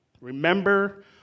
Remember